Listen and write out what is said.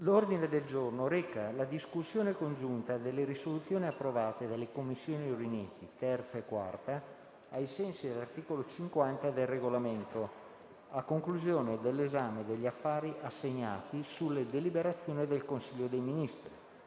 L'ordine del giorno reca la discussione congiunta delle risoluzioni adottate dalle Commissioni riunite 3a e 4a, ai sensi dell'articolo 50, comma 2, del Regolamento, a conclusione dell'esame dell'affare assegnato sulla deliberazione del Consiglio dei ministri